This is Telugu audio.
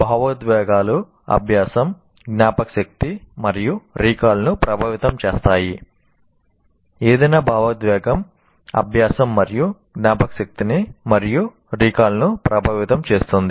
భావోద్వేగాలు అభ్యాసం జ్ఞాపకశక్తి మరియు రీకాల్ను ప్రభావితం చేస్తుంది